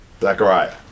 Zechariah